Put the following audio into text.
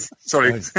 sorry